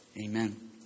amen